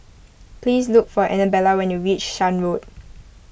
please look for Annabella when you reach Shan Road